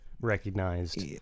recognized